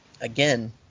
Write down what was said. again